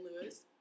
Lewis